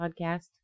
podcast